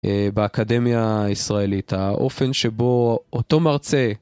באקדמיה הישראלית, האופן שבו אותו מרצה.